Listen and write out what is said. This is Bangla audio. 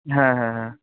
হ্যাঁ হ্যাঁ হ্যাঁ